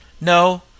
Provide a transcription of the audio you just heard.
No